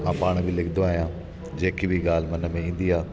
मां पाण बि लिखंदो आहियां जेकि बि ॻाल्हि मन में ईंदी आहे